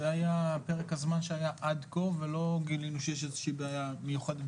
זה היה פרק הזמן שהיה עד כה ולא גילינו שיש איזו שהיא בעיה מיוחדת.